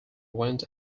went